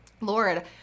Lord